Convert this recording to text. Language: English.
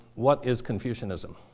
what is confucianism?